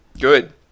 Good